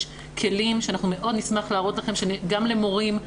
יש כלים שאנחנו מאוד נשמח להראות לכם, גם למורים,